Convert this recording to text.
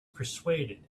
persuaded